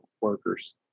workers